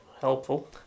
helpful